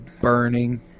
burning